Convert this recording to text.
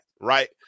right